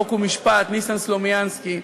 חוק ומשפט ניסן סלומינסקי.